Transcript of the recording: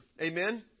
Amen